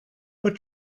but